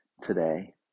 today